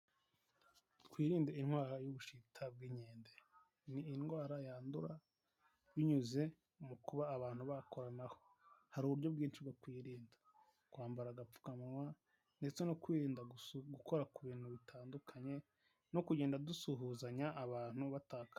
Twirinde indwara y'ubushita bw'inkende. Ni indwara yandura binyuze mu kuba abantu bakoranaho. Hari uburyo bwinshi bwo kwiyirinda, kwambara agapfukawa ndetse no kwirinda gukora ku bintu bitandukanye no kugenda dusuhuzanya abantu bataka.